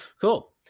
Cool